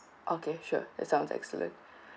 okay sure that sounds excellent